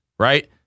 Right